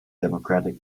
democratic